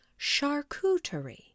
charcuterie